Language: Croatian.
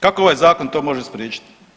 Kako ovaj Zakon to može spriječiti?